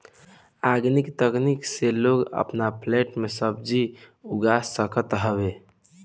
organic तकनीक से लोग अपन फ्लैट में भी सब्जी उगा सकत हवे